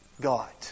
God